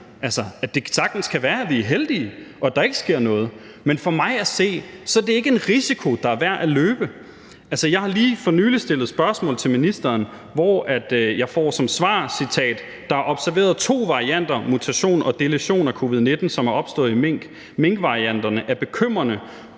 at det sagtens kan være, at vi er heldige, og at der ikke sker noget. Men for mig at se er det ikke en risiko, der er værd at løbe. Jeg har lige for nylig stillet spørgsmål til ministeren, og jeg får som svar, citat: »Der er observeret to varianter (mutation og deletion) af COVID-19, som er opstået i mink. Minkvarianterne er bekymrende,